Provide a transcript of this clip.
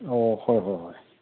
ꯑꯣ ꯍꯣꯏ ꯍꯣꯏ ꯍꯣꯏ